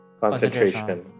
concentration